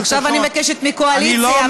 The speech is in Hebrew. עכשיו אני מבקשת מהקואליציה.